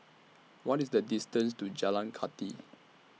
What IS The distance to Jalan Kathi